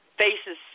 faces